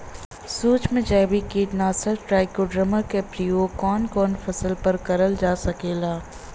सुक्ष्म जैविक कीट नाशक ट्राइकोडर्मा क प्रयोग कवन कवन फसल पर करल जा सकेला?